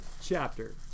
chapter